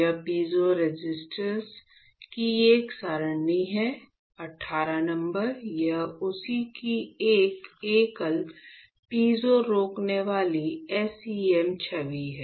ये piezo resistors की एक सरणी है 18 नंबर यह उसी की एक एकल पीजो रोकनेवाला SEM छवि है